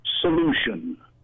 solution